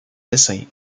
dessins